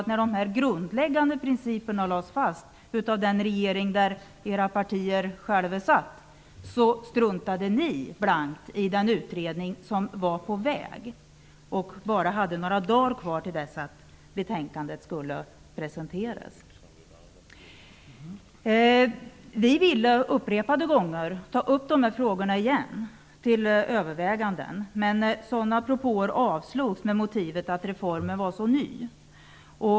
När de grundläggande principerna lades fast av den regering där era partier var representerade struntade ni blankt i den utredning som var på väg och som bara hade ett par dagar kvar till dess att betänkandet skulle presenteras. Vi ville upprepade gånger återigen ta upp dessa frågor till överväganden, men sådana propåer avslogs med motiveringen att reformen var så ny.